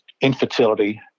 infertility